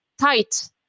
tight